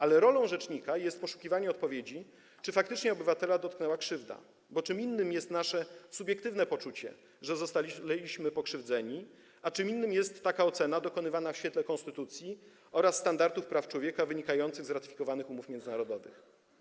Ale rolą rzecznika jest poszukiwanie odpowiedzi, czy faktycznie obywatela dotknęła krzywda, bo czym innym jest nasze subiektywne poczucie, że zostaliśmy pokrzywdzeni, a czym innym jest taka ocena dokonywana w świetle konstytucji oraz standardów praw człowieka wynikających z ratyfikowanych umów międzynarodowych.